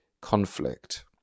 conflict